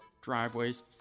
driveways